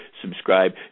subscribe